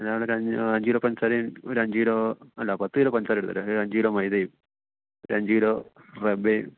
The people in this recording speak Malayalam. എല്ലാം കൂടൊരഞ്ച് അഞ്ചു കിലോ പഞ്ചസാരയും ഒരു അഞ്ചു കിലോ അല്ല പത്തു കിലോ പഞ്ചസാര എടുത്തേരെ ഒരു അഞ്ചു കിലോ മൈദയും ഒരു അഞ്ചു കിലോ റവയും